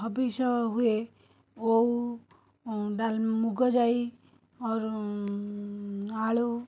ହବିଷ ହୁଏ ଓଉ ମୁଗଜାଇ ଅରୁ ଆଳୁ